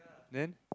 then